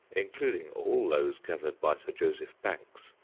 including all those gathered by sir joseph banks,